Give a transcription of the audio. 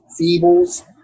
feebles